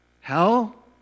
Hell